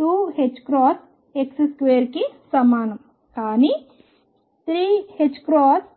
mω2ℏx2 కి సమానం కానీ 3ℏω2